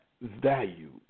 valued